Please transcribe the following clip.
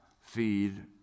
feed